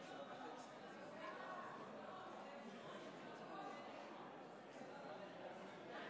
להלן תוצאות ההצבעה: בעד,